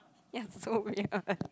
that's so weird